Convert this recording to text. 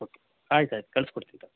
okay ಆಯ್ತು ಆಯ್ತು ಕಳ್ಸ್ಕೊಡ್ತಿನಿ ತಗೊಳ್ಳಿ